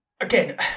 Again